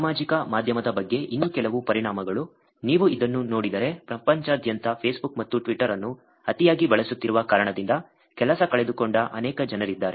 ಸಾಮಾಜಿಕ ಮಾಧ್ಯಮದ ಬಗ್ಗೆ ಇನ್ನೂ ಕೆಲವು ಪರಿಣಾಮಗಳು ನೀವು ಇದನ್ನು ನೋಡಿದರೆ ಪ್ರಪಂಚದಾದ್ಯಂತ ಫೇಸ್ಬುಕ್ ಮತ್ತು ಟ್ವಿಟರ್ ಅನ್ನು ಅತಿಯಾಗಿ ಬಳಸುತ್ತಿರುವ ಕಾರಣದಿಂದ ಕೆಲಸ ಕಳೆದುಕೊಂಡ ಅನೇಕ ಜನರಿದ್ದಾರೆ